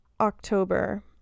October